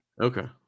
Okay